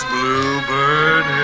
Bluebird